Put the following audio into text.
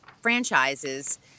franchises